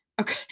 Okay